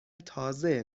تازه